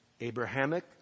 Abrahamic